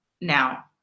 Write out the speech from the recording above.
now